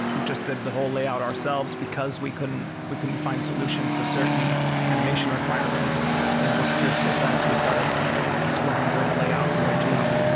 just did the whole layout ourselves, because we couldn't we couldn't find solutions to certain animation requirements in just pure css. we started exploring doing the layout in webgl.